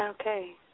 Okay